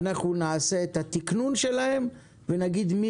אנחנו נעשה את התיקנון שלהן ונגיד מי